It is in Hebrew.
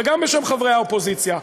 וגם בשם חברי האופוזיציה,